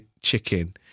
chicken